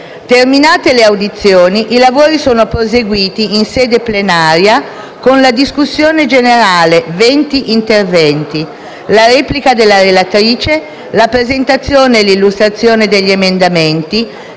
Terminate le audizioni, i lavori sono proseguiti, in sede plenaria, con la discussione generale (20 interventi), la replica della relatrice, la presentazione e l'illustrazione degli emendamenti